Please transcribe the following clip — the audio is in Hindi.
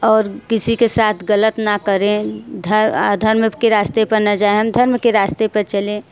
और किसी के साथ ग़लत ना करें धर्म अधर्म के रास्ते पर ना जाएं हम धर्म के रास्ते में चलें